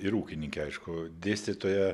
ir ūkininkė aišku dėstytoja